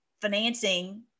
financing